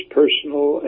personal